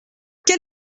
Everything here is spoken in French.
quel